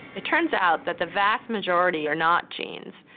it turns out that the vast majority are not genes.